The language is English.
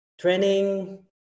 training